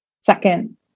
second